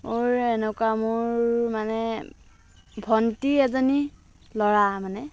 মোৰ এনেকুৱা মোৰ মানে ভণ্টি এজনীৰ ল'ৰা মানে